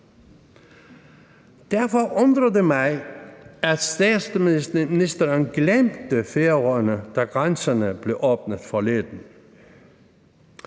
Derfor undrer det mig, at statsministeren glemte Færøerne, da grænserne blev åbnet forleden.